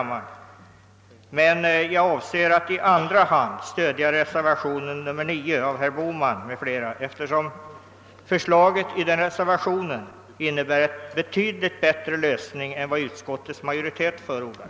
Jag avser att i andra hand stödja reservationen 9 av herr Bohman m.fl., eftersom föslaget i den reservationen innebär en betydligt bättre lösning än vad utskottsmajoriteten förordar.